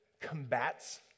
combats